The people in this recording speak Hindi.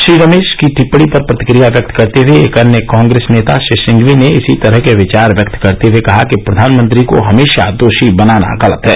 श्री रमेश की टिप्पणी पर प्रतिक्रिया व्यक्त करते हुए एक अन्य कांग्रेस नेता श्री सिंघवी ने इसी तरह के विचार व्यक्त करते हुए कहा कि प्रधानमंत्री को हमेशा दोषी बनाना गलत है